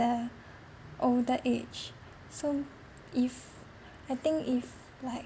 older age so if I think if like